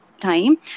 time